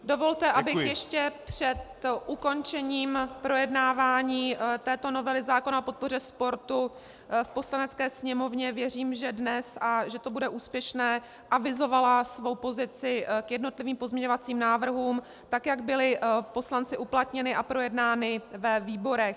Dovolte, abych ještě před ukončením projednávání této novely zákona o podpoře sportu v Poslanecké sněmovně věřím, že dnes a že to bude úspěšné avizovala svou pozici k jednotlivým pozměňovacím návrhům, tak jak byly poslanci uplatněny a projednány ve výborech.